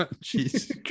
Jesus